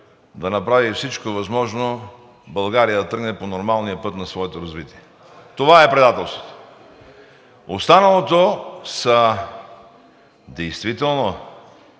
да направи всичко възможно България да тръгне по нормалния път на своето развитие. Това е предателството. Останалото са действително,